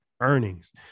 earnings